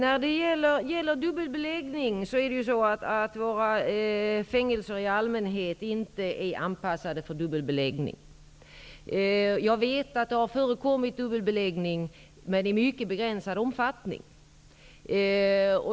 Fru talman! Våra fängelser är i allmänhet inte anpassade för dubbelbeläggning. Jag vet att det har förekommit dubbelbeläggning, men i mycket begränsad omfattning.